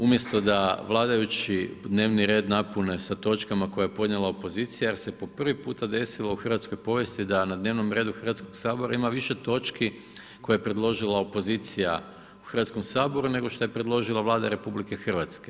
Umjesto da vladajući dnevni red napune sa točkama koje je podnijela opozicija jer se po prvi puta desilo u hrvatskoj povijesti da na dnevnom redu Hrvatskog sabora ima više točki koje je predložila opozicija u Hrvatskom saboru, nego što je predložila Vlada RH.